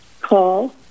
call